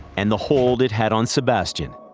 and the hold it had on sebastian.